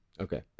Okay